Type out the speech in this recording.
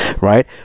Right